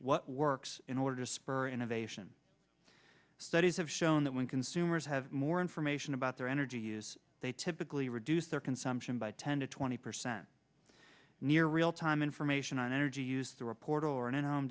what works in order to spur innovation studies have shown that when consumers have more information about their energy use they typically reduce their consumption by ten to twenty percent near real time information on energy use the report or an in